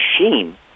Machine